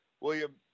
William